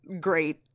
great